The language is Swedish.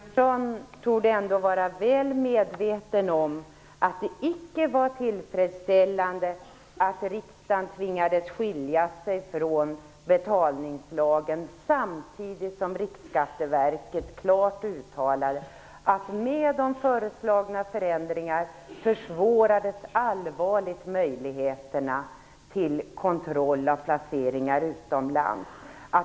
Herr talman! Rolf Åbjörnsson torde ändå vara väl medveten om att det icke var tillfredsställande att riksdagen tvingades skilja sig från betalningslagen samtidigt som Riksskatteverket klart uttalade att med föreslagna förändringar försvårades allvarligt möjligheterna till kontroll av placeringar utomlands.